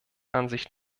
ansicht